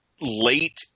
late